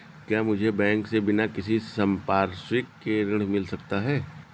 क्या मुझे बैंक से बिना किसी संपार्श्विक के ऋण मिल सकता है?